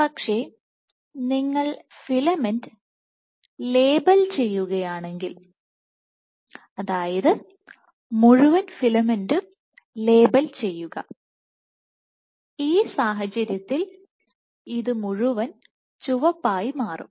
പക്ഷേ നിങ്ങൾ filament label ചെയ്യുകയാണെങ്കിൽ അതായത് മുഴുവൻ ഫിലമെന്റും ലേബൽ ചെയ്യുക ഈ സാഹചര്യത്തിൽ ഇത് മുഴുവൻ ചുവപ്പായി മാറും